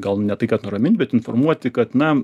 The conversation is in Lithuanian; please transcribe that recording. gal ne tai kad nuramint bet informuoti kad na